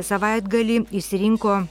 savaitgalį išsirinko